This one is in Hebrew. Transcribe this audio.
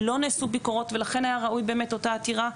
לא נעשו ביקורות ולכן היה ראוי באמת אותה עתירה,